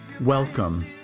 welcome